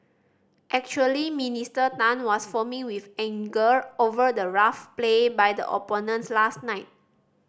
actually Minister Tan was foaming with anger over the rough play by the opponents last night